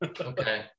okay